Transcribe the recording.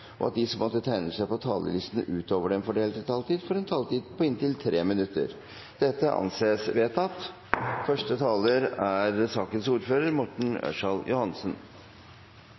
og at de som måtte tegne seg på talerlisten utover den fordelte taletid, får en taletid på inntil 3 minutter. – Det anses vedtatt.